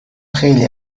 خیلی